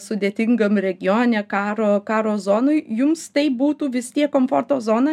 sudėtingam regione karo karo zonoj jums tai būtų vis tiek komforto zona